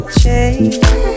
change